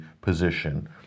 position